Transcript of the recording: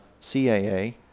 CAA